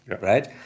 right